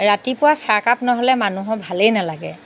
ৰাতিপুৱা চাহকাপ নহ'লে মানুহৰ ভালেই নালাগে